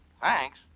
Thanks